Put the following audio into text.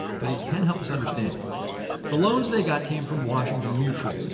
but he can help us understand it the loans they got came from washington mutual.